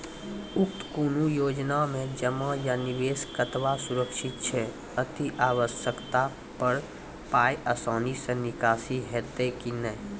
उक्त कुनू योजना मे जमा या निवेश कतवा सुरक्षित छै? अति आवश्यकता पर पाय आसानी सॅ निकासी हेतै की नै?